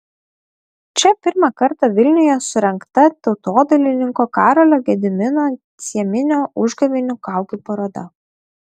čia pirmą kartą vilniuje surengta tautodailininko karolio gedimino cieminio užgavėnių kaukių paroda